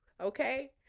Okay